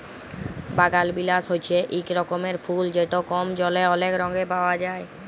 বাগালবিলাস হছে ইক রকমের ফুল যেট কম জলে অলেক রঙে পাউয়া যায়